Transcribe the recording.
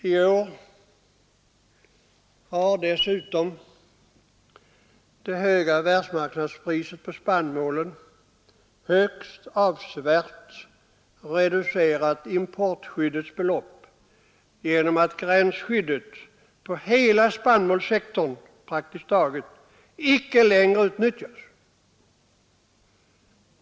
I år har dessutom det höga världsmarknadspriset på spannmål högst avsevärt reducerat importskyddets storlek genom att gränsskyddet på hela spannmålssektorn praktiskt taget inte längre utnyttjas.